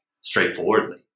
straightforwardly